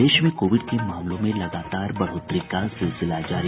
प्रदेश में कोविड के मामलों में लगातार बढ़ोतरी का सिलसिला जारी